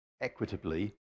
equitably